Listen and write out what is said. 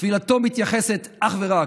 תפילתו מתייחסת אך ורק,